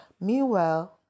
Meanwhile